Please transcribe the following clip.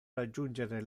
raggiungere